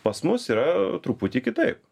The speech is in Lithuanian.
pas mus yra truputį kitaip